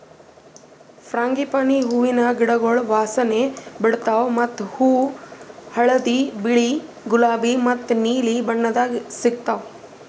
frangipani ಹೂವಿನ ಗಿಡಗೊಳ್ ವಾಸನೆ ಬಿಡ್ತಾವ್ ಮತ್ತ ಇವು ಹಳದಿ, ಬಿಳಿ, ಗುಲಾಬಿ ಮತ್ತ ನೀಲಿ ಬಣ್ಣದಾಗ್ ಸಿಗತಾವ್